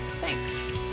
Thanks